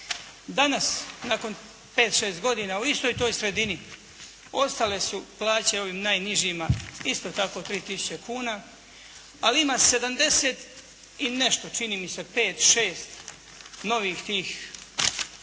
Danas nakon pet, šest godina u istoj toj sredini ostale su plaće ovim najnižima isto tako 3 tisuće kuna ali ima 70 i nešto, čini mi se pet šest novih tih modernih